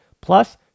Plus